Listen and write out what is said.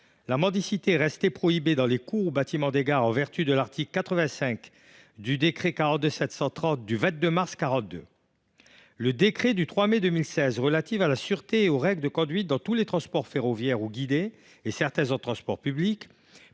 la mendicité restait prohibée dans les cours ou bâtiments de gares en vertu de l’article 85 du décret n° 42 730 du 22 mars 1942. Le décret du 3 mai 2016, relatif à la sûreté et aux règles de conduite dans les transports ferroviaires ou guidés et certains autres transports publics,